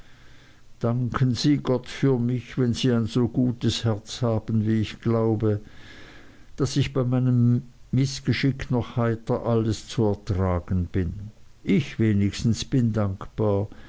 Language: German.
danken sie gott für mich wenn sie ein so gutes herz haben wie ich glaube daß ich bei meinem mißgeschick noch heiter alles zu ertragen imstande bin ich wenigstens bin dankbar